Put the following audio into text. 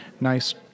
Nice